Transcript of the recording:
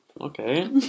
okay